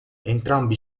entrambi